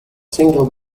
single